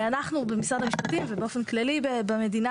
אנחנו במשרד המשפטים ובאופן כללי במדינה